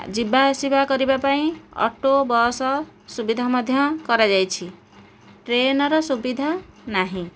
ଯିବାଆସିବା କରିବା ପାଇଁ ଅଟୋ ବସ୍ ସୁବିଧା ମଧ୍ୟ କରାଯାଇଛି ଟ୍ରେନର ସୁବିଧା ନାହିଁ